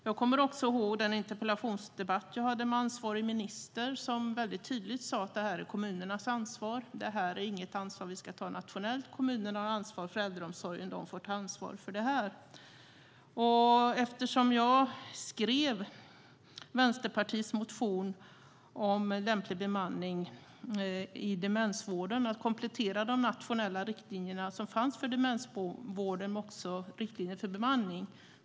Jag kommer också ihåg den interpellationsdebatt jag hade med ansvarig minister. Ministern sade tydligt att det är kommunernas ansvar. Det är inte ett ansvar som ska tas nationellt, utan kommunerna har ansvar för äldreomsorgen. De får ta ansvar. Jag skrev Vänsterpartiets motion om att komplettera de nationella riktlinjer som fanns för demensvården och riktlinjer för bemanning.